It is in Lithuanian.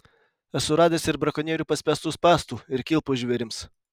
esu radęs ir brakonierių paspęstų spąstų ir kilpų žvėrims